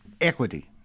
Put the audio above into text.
Equity